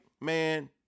man